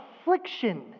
affliction